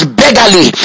beggarly